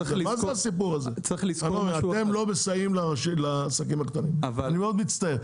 אתם לא מסייעים לעסקים קטנים, אני מאוד מצטער.